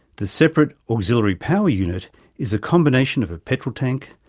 the separate auxiliary power unit is a combination of a petrol tank,